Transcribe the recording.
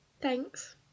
Thanks